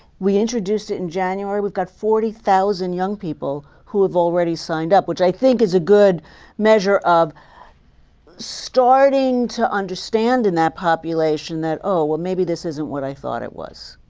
we introduced it in january. we've got forty thousand young people who have already signed up, which i think is a good measure of starting to understand in that population, that, oh, well, maybe this isn't what i thought it was.